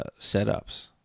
setups